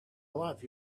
love